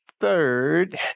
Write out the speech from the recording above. third